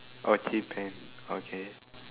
oh cheephant okay